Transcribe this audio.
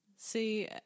see